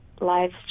lives